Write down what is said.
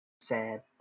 sad